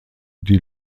die